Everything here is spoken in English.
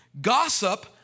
Gossip